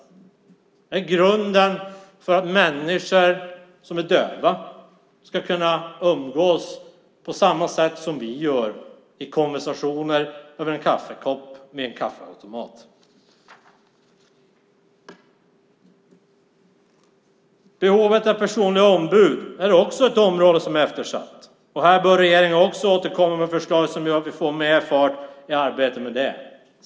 Det är grunden för att döva människor ska kunna umgås på samma sätt som vi gör i konversationer över en kaffekopp vid en kaffeautomat. Behovet av personliga ombud är också ett område som är eftersatt. Här bör regeringen också återkomma med förslag som gör att vi får mer fart i det arbetet.